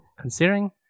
considering